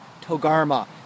Togarma